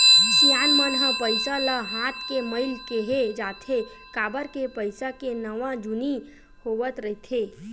सियान मन ह पइसा ल हाथ के मइल केहें जाथे, काबर के पइसा के नवा जुनी होवत रहिथे